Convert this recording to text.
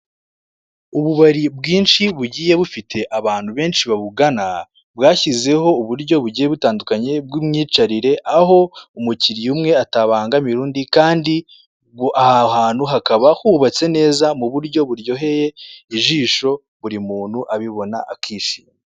Ububari bwinshi bugiye bufite abantu benshi babugana, bwashyizeho uburyo bugiye butandukanye bw'imyicarire, aho umukiriya umwe atabangamira undi, kandi aho hantu hakaba hubatse neza mu buryo buryoheye ijisho, buri muntu abibona akishima.